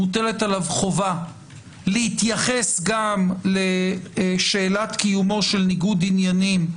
מוטלת עליו חובה להתייחס גם לשאלת קיומו של ניגוד עניינים,